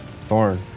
Thorn